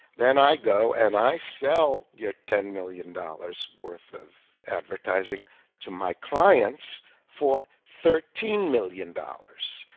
then i go and i sell your ten million dollars worth of advertising to my clients for thirteen million dollars.